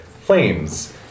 flames